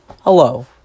hello